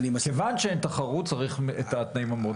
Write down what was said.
כיוון שאין תחרות צריך את התנאים המאוד נוקשים.